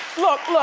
look,